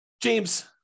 James